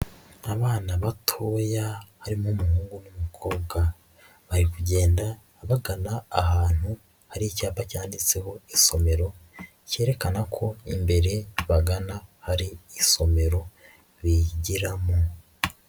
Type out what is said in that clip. Abana batoya harimo umuhungu n'umukobwa, bari kugenda bagana ahantu hari icyapa cyanditseho isomero, cyerekana ko imbere bagana hari isomero bigiramo.